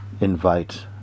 invite